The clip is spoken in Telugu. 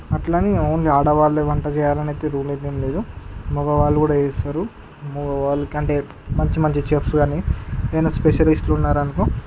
అట్ల అనీ ఓన్లీ ఆడవాళ్ళే వంట చేయాలని అయితే రూల్ అయితే ఏం లేదు మగవాళ్ళు కూడా చేస్తారు మగవాళ్ళ కంటే మంచి మంచి చెఫ్స్ కానీ ఏమైనా స్పెషలిస్టులు ఉన్నారు అనుకో